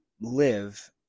live